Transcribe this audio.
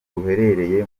ruherereye